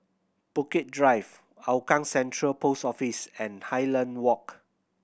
Bukit Drive Hougang Central Post Office and Highland Walk